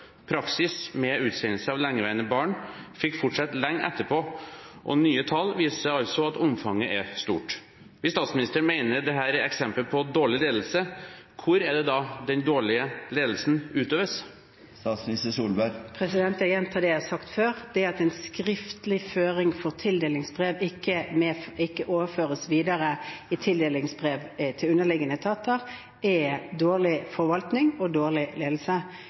Praksis for utsendelse av lengeværende barn fikk fortsette lenge etterpå, og nye tall viser altså at omfanget er stort. Hvis statsministeren mener at dette er et eksempel på dårlig ledelse, hvor er det da den dårlige ledelsen utøves? Jeg gjentar det jeg har sagt før: Det at en skriftlig føring for tildelingsbrev ikke overføres videre i tildelingsbrev til underliggende etater, er dårlig forvaltning og dårlig ledelse.